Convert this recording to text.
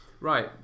Right